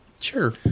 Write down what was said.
Sure